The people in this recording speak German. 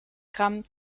gramm